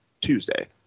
Tuesday